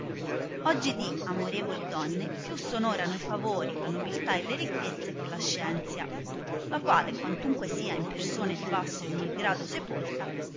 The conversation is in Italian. povero oggidì amorevoli donno più s onorano i favori la nobiltà e le i icchezze che la scienzia la quale quantunque sia in persone di basso e umil grado sepolta